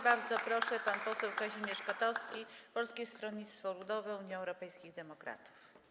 Bardzo proszę, pan poseł Kazimierz Kotowski, Polskie Stronnictwo Ludowe - Unia Europejskich Demokratów.